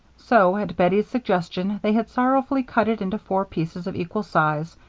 so, at bettie's suggestion, they had sorrowfully cut it into four pieces of equal size,